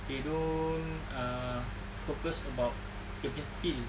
they don't uh focus about dia punya feel